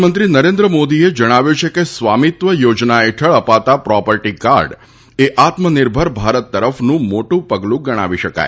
પ્રધાનમંત્રી નરેન્દ્ર મોદીએ જણાવ્યું છે કે સ્વામિત્વ યોજના હેઠળ અપાતા પ્રોપર્ટી કાર્ડ એ આત્મનિર્ભર ભારત તરફનુ મોટુ પગલુ ગણાવી શકાય